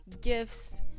gifts